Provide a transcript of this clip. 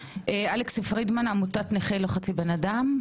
אלכס פרידמן, עמותת "נכה לא חצי בן אדם".